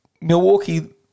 Milwaukee